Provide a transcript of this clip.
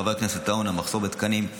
חבר הכנסת עטאונה, מחסור בתקנים.